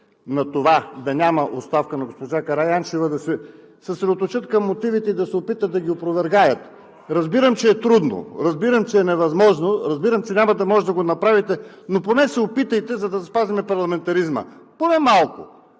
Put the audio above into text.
на това да няма оставка на госпожа Караянчева, да се съсредоточат върху мотивите и да се опитат да ги опровергаят. Разбирам, че е трудно, разбирам, че е невъзможно. Разбирам, че няма да може да го направите, но поне се опитайте поне малко